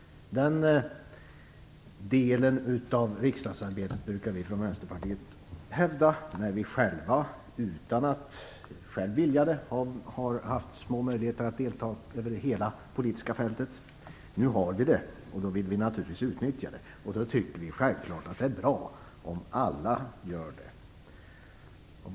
Den delen av riksdagsarbetet brukar vi från Vänsterpartiet hävda när vi själva - utan att själva vilja det - har haft små möjligheter att delta i hela det politiska fältet. Nu har vi det, och då vill vi naturligtvis utnyttja det. Då tycker vi självfallet att det är bra om alla gör det.